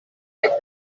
kaj